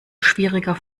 schwieriger